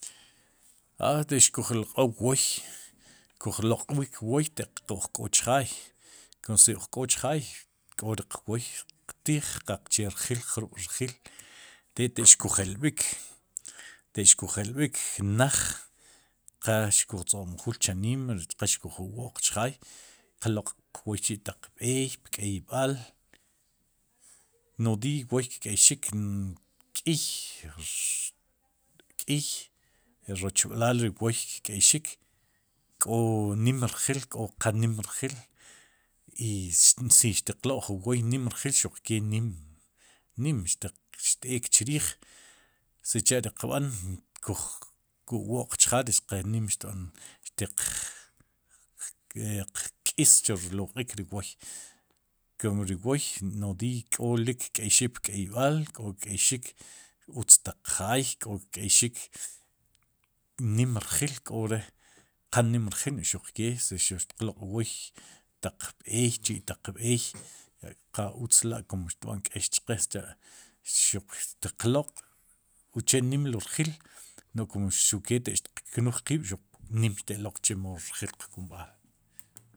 A ri xkuj lq'ow wooy, kuj loq'wiik wooy teq uj k'olik chjaay no'j si uj k'o chjaay k'o riq wooy qtiij qaqche rjiil jrub' rjiil, te taq xkujelb'ik, taq xkujelb'ik naj qa xkuj tzoq'mjuul chanimm, rech qa xkujo'wo'q chjaay qloq'qwoy chi' taq b'eey pk'eb'al, nodiiy wooy kk'eyxik. n k'iy, k'iy rochb'laal ri wooy kk'eyxik, k'o nimrjil k'o qa nim rjil. i si tiq loq'jun wooy nim rjil xuq kee nim xt'ekek chriij. sicha'riq b'an, kuj iwo'q chjaay rech qa nim xtiq e k'iis chu rloq'iik ri wooy. kum ri wooy kum ri wooy nodiiy k'olik kk'eyxik pk'eyb'al k'o kk'eyxik pu utz laj jaay, k'o kk'eyxik nim rjil k'ore qa nim rjil nu'j xuq kee si tiq loq'qwooy taq b'eey chi'taq b'eey, qautz la'kum xtb'an k'eex chqe, sicha' xuq tiq loq'uche nim lo rjil, no'j kum xuq kee taq xtiq knuuj qiib' nim xteloq chemo rjil qkumb'aal.